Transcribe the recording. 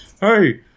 hey